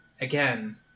Again